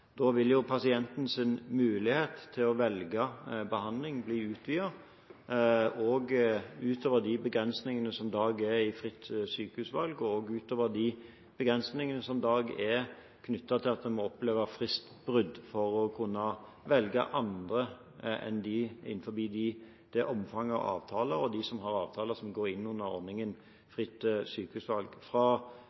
mulighet til å velge behandling bli utvidet – også utover de begrensningene som i dag er i «fritt sykehusvalg», og utover de begrensningene som i dag er knyttet til at en må oppleve fristbrudd for å kunne velge andre enn de som er innenfor det omfanget av avtaler som en har, og de som har avtaler som går inn under ordningen «fritt sykehusvalg».